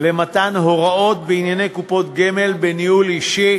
למתן הוראות בענייני קופות גמל בניהול אישי,